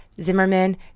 Zimmerman